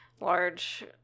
large